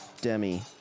Demi